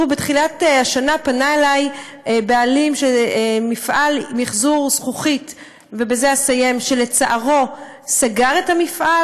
בתחילת השנה פנה אלי בעלים של מפעל למחזור זכוכית שלצערו סגר את המפעל.